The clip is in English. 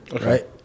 right